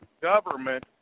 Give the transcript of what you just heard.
government